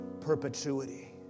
perpetuity